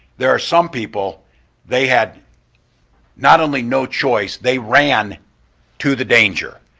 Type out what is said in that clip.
there are some people they had not only no choice, they ran to the danger.